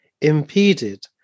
impeded